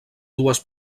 dues